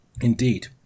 indeed